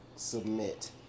Submit